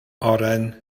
oren